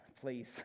please